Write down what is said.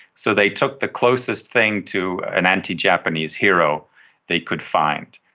so they took the closest thing to an anti-japanese hero they could find.